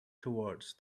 towards